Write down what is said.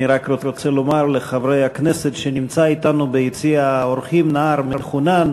אני רק רוצה לומר לחברי הכנסת שנמצא אתנו ביציע האורחים נער מחונן,